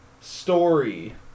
Story